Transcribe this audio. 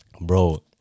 Bro